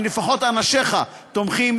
לפחות אנשיך תומכים